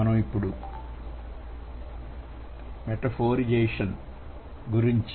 మనం ఇప్పుడు మెటఫోరిజేషన్ గురించి